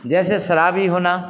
जैसे शराबी होना